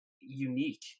unique